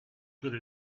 good